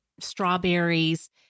strawberries